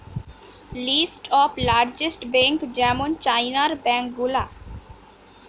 list of largest bank যেমন চাইনার bank গুলা